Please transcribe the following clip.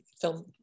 film